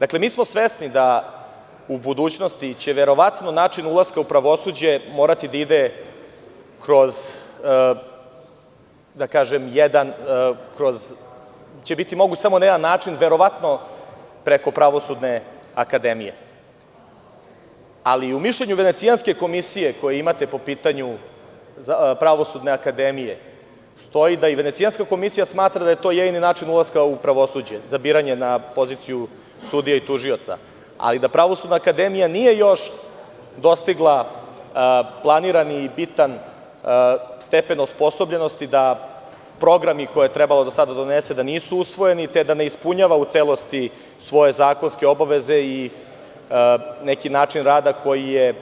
Dakle, svesni smo da će u budućnosti verovatno biti samo jedan način ulaska u pravosuđe, verovatno preko Pravosudne akademije, ali u mišljenju Venecijanske komisije, koje imate po pitanju Pravosudne akademije, stoji da i Venecijanska komisija smatra da je to jedini način ulaska u pravosuđe, za biranje na poziciju sudije i tužioca, ali da Pravosudna akademija nije još dostigla planiran i bitan stepen osposobljenosti, da programi koje je trebalo do sada da donese nisu usvojeni, te da ne ispunjava u celosti svoje zakonske obaveze i neki način rada koji je,